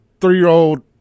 three-year-old